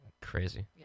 Crazy